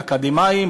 לאקדמאים,